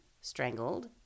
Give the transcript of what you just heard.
strangled